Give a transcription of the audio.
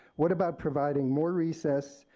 what about providing more recess,